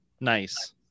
nice